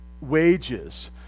wages